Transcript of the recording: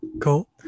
cool